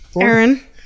aaron